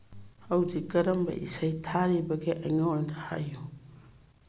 ꯍꯧꯖꯤꯛ ꯀꯔꯝꯕ ꯏꯁꯩ ꯊꯥꯔꯤꯕꯒꯦ ꯑꯩꯉꯣꯟꯗ ꯍꯥꯏꯌꯨ